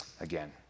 again